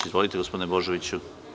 Izvolite gospodine Božoviću.